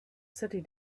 city